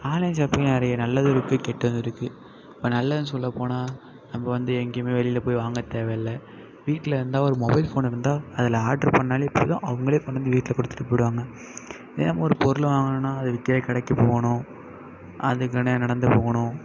online shopping நிறைய நல்லதும் இருக்கு கெட்டதும் இருக்கு இப்போ நல்லதுன்னு சொல்லப் போனால் நம்ப வந்து எங்கேயுமே வெளியில் போய் வாங்கத் தேவயில்லை வீட்டில் இருந்தால் ஒரு மொபைல் ஃபோன் இருந்தால் அதில் ஆர்டர் பண்ணாலே போதும் அவங்களே கொண்டு வந்து வீட்டில் கொடுத்துட்டு போயிடுவாங்க இதே ஒரு பொருள் வாங்கணுன்னா அதுக்கே கடைக்கு போகணும் அதுக் தனியாக நடந்து போகணும்